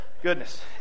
Goodness